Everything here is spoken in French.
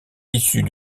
issue